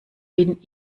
bin